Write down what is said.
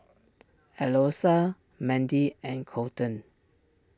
Eloisa Mendy and Colten